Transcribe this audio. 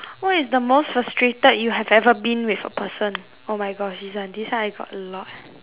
what is the most frustrated you have ever been with a person oh my gosh this one this one I got a lot